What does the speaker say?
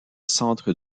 centre